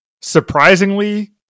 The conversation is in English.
surprisingly